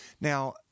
Now